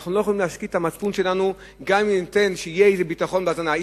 אנחנו לא יכולים להשקיט את המצפון שלנו אם ניתן איזה ביטחון בהזנה.